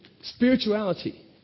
Spirituality